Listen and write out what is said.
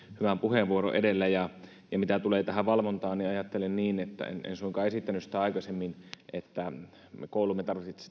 hyvän puheenvuoron edellä mitä tulee tähän valvontaan niin en en suinkaan esittänyt aikaisemmin että koulumme